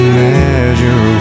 measure